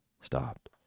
Stopped